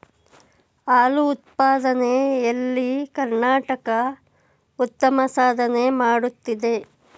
ಹಾಲು ಉತ್ಪಾದನೆ ಎಲ್ಲಿ ಕರ್ನಾಟಕ ಉತ್ತಮ ಸಾಧನೆ ಮಾಡುತ್ತಿದೆ